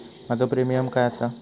माझो प्रीमियम काय आसा?